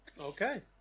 Okay